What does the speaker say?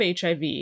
HIV